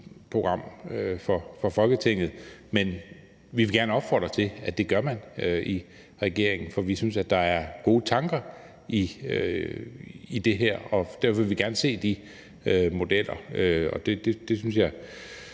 lovprogram for Folketinget. Men vi vil gerne opfordre til, at man gør det i regeringen, for vi synes, at der er gode tanker i det her, og derfor vil vi gerne se de modeller. Det synes jeg